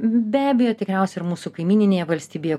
be abejo tikriausia ir mūsų kaimyninėje valstybėje